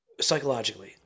psychologically